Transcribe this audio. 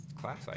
class